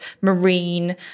marine